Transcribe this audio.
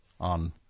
on